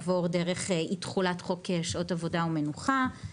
עבור לדרך אי תחולת חוק שעות עבודה ומנוחה,